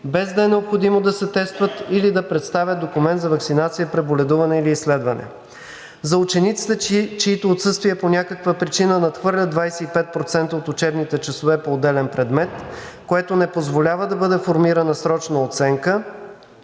без да е необходимо да се тестват или да представят документ за ваксинация, преболедуване или изследване. За учениците, чиито отсъствия по някаква причина надхвърлят 25% от учебните часове по отделен предмет, което не позволява да бъде формирана срочна оценка,